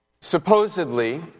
supposedly